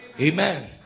Amen